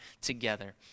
Together